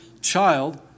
child